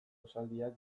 esaldiak